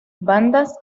bandas